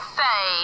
say